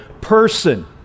person